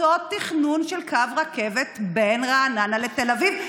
אותו תכנון של קו רכבת בין רעננה לתל אביב,